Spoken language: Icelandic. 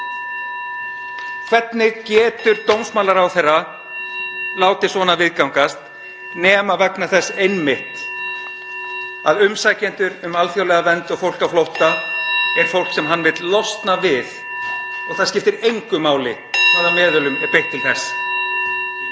Hvernig getur dómsmálaráðherra látið svona viðgangast nema vegna þess einmitt (Forseti hringir.) að umsækjendur um alþjóðlega vernd og fólk á flótta er fólk sem hann vill losna við og það skiptir engu máli hvaða meðulum er beitt til þess.